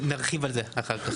נרחיב על זה אחר כך.